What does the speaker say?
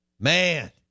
Man